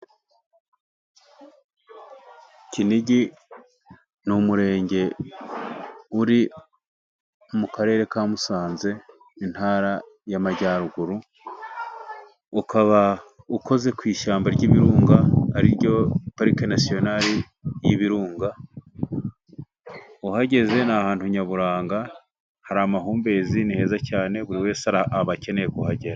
Kinigi ni umurenge uri mu karere ka Musanze intara y'amajyaruguru. Ukaba ukoze ku ishyamba ry'ibirunga ari ryo parike nasiyonare y'ibirunga. Uhageze ni ahantu nyaburanga, hari amahumbezi ni heza cyane buri wese aba akeneye kuhagera.